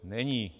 Není!